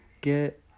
get